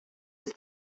ist